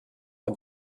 von